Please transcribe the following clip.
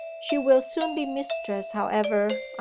she will soon be mistress, however,